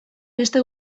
beste